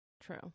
True